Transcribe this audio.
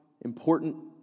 important